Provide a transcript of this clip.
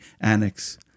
annex